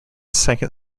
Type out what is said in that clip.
second